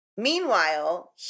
Meanwhile